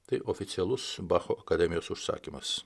tai oficialus bacho akademijos užsakymas